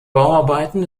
bauarbeiten